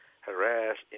harassed